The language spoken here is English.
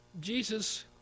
Jesus